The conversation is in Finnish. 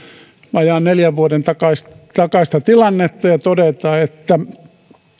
vajaan neljän vuoden takaista takaista tilannetta ja todeta että